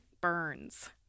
burns